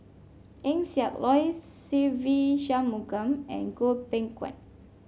Eng Siak Loy Se Ve Shanmugam and Goh Beng Kwan